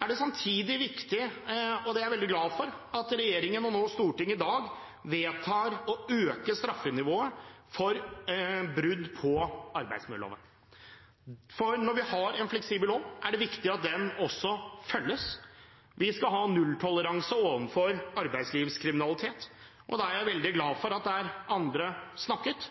er det samtidig viktig – og det er jeg veldig glad for – at regjeringen går inn for, og Stortinget nå i dag vedtar, å øke straffenivået for brudd på arbeidsmiljøloven. For når vi har en fleksibel lov, er det også viktig at den følges. Vi skal ha nulltoleranse overfor arbeidslivskriminalitet, og jeg er veldig glad for at der andre snakket,